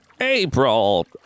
April